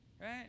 right